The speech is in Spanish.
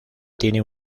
tienen